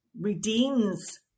redeems